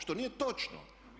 Što nije točno!